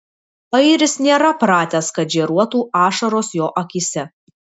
airis nėra pratęs kad žėruotų ašaros jo akyse